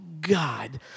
God